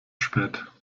spät